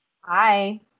Hi